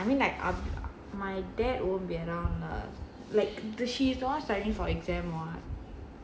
I mean like my dad won't be around lah like the shift all studying for exam [what]